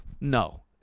no